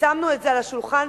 ושמנו על השולחן,